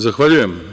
Zahvaljujem.